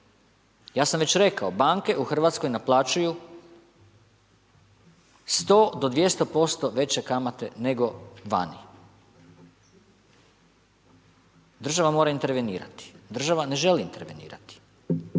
Ja sam već rekao, banke u Hrvatskoj naplaćuju 100 do 200% veće kamate nego vani. Država mora intervenirati, država ne želi intervenirati.